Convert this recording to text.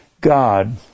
god